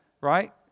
right